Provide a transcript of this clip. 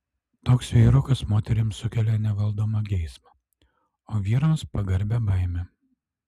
toks vyrukas moterims sukelia nevaldomą geismą o vyrams pagarbią baimę